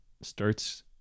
starts